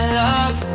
love